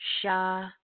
sha